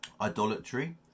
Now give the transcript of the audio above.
idolatry